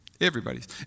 Everybody's